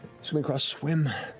swim across, swim.